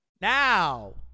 now